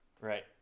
Right